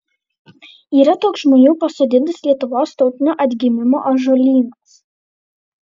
yra toks žmonių pasodintas lietuvos tautinio atgimimo ąžuolynas